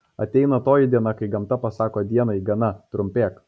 ateina toji diena kai gamta pasako dienai gana trumpėk